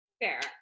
fair